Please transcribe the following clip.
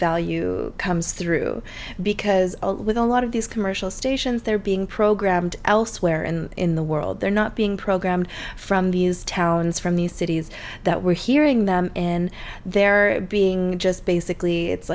value comes through because with a lot of these commercial stations they're being programmed elsewhere and in the world they're not being programmed from these towns from the cities that we're hearing them in they're being just basically it's